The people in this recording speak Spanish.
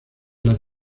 las